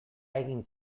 egin